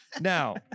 Now